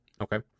Okay